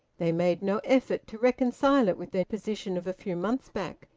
they made no effort to reconcile it with their position of a few months back,